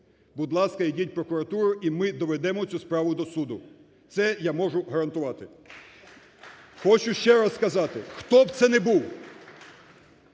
будь ласка, йдіть в прокуратуру і ми доведемо цю справу до суду, це я можу гарантувати. Хочу ще раз сказати, хто б це не був,